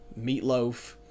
meatloaf